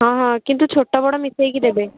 ହଁ ହଁ କିନ୍ତୁ ଛୋଟ ବଡ଼ ମିଶାଇକି ଦେବେ